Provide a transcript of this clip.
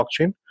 blockchain